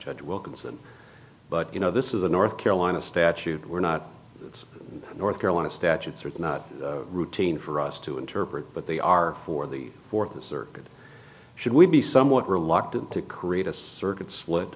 judge wilkinson but you know this is a north carolina statute we're not north carolina statutes are not routine for us to interpret but they are for the fourth circuit should we be somewhat reluctant to create a circuit